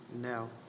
No